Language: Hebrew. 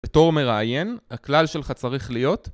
בתור מראיין הכלל שלך צריך להיות